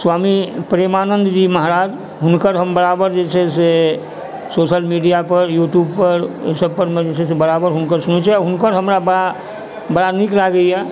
स्वामी प्रेमानन्द जी महाराज हुनकर हम बराबर जे छै से सोशल मीडियापर यूट्यूबपर एहि सबपर मे हम बराबर हुनका सुनैत छियन्हि आओर हुनकर हमरा बड़ा बड़ा नीक लागैए